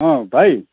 अँ भाइ